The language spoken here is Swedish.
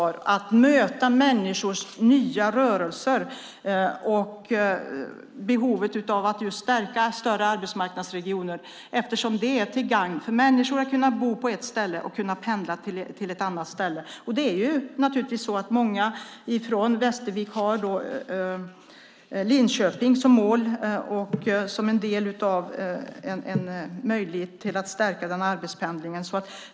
Det handlar om att möta människors nya rörelser och om behovet av att stärka större arbetsmarknadsregioner, eftersom det är till gagn för människor att kunna bo på ett ställe och kunna pendla till ett annat ställe. Många från Västervik har naturligtvis Linköping som mål. Och en del handlar om en möjlighet att stärka den arbetspendlingen.